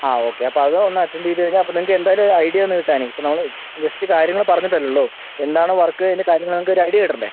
ആ ഓക്കെ അപ്പോൾ അത് ഒന്ന് അറ്റൻഡ് ചെയ്ത് കഴിഞ്ഞാൽ അപ്പോൾ നിങ്ങൾക്ക് എന്തായാലും ഒരു ഐഡിയ ഒന്ന് കിട്ടാൻ ഇപ്പോൾ നമ്മള് ജസ്റ്റ് കാര്യങ്ങള് പറഞ്ഞിട്ട് അല്ലെ ഉള്ളൂ എന്താണ് വർക്ക് അതിൻ്റ കാര്യങ്ങൾ ഒരു ഐഡിയ കിട്ടണ്ടേ